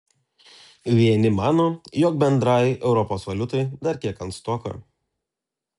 vieni mano jog bendrai europos valiutai dar kiek ankstoka